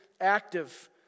active